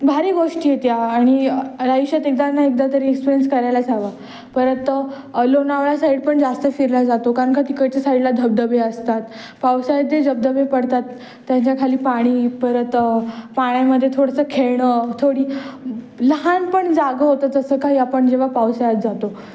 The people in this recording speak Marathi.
भारी गोष्टी आहेत या आणि आ युष्यात एकदा ना एकदा तरी एक्सपिरियन्स करायला हवा परत लोणावळा साईड पण जास्त फिरला जातो कारण का तिकडच्या साईडला धबधबे असतात पावसाळ्यात ते धबधबे पडतात त्यांच्याखाली पाणी परत पाण्यामध्ये थोडंसं खेळणं थोडी लहानपण जागं होतं जसं काही आपण जेव्हा पावसाळ्यात जातो